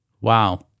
Wow